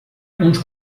uns